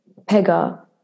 Pega